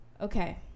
okay